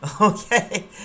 okay